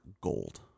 gold